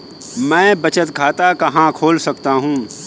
मैं बचत खाता कहाँ खोल सकता हूँ?